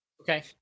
Okay